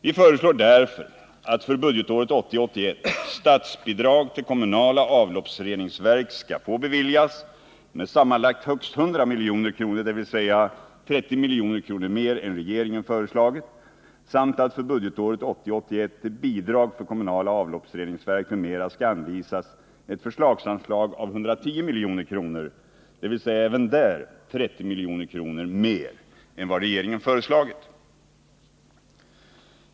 Vi föreslår därför att för budgetåret 1980 81 till bidrag för kommunala avloppsreningsverk m.m. skall anvisas ett förslagsanslag av 110 milj.kr., dvs. även där 30 milj.kr. mer än vad regeringen föreslagit.